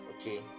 okay